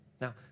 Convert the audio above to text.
Now